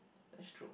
stroke